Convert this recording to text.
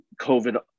COVID